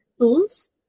tools